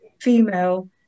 female